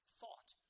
thought